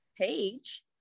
page